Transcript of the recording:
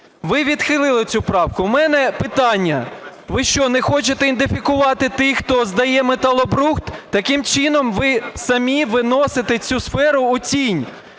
Ви відхили цю правку. У мене питання: ви що, не хочете ідентифікувати тих, хто здає металобрухт? Таким чином ви самі виносите цю сферу у тінь.